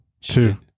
Two